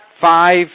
five